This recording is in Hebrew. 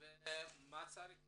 ומה צריך לעשות.